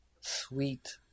sweet